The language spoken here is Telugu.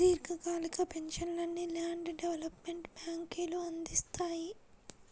దీర్ఘకాలిక ఫైనాన్స్ను ల్యాండ్ డెవలప్మెంట్ బ్యేంకులు అందిత్తాయి